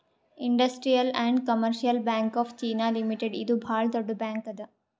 industrial and commercial bank of China limited ಇದು ಭಾಳ್ ದೊಡ್ಡ ಬ್ಯಾಂಕ್ ಅದಾ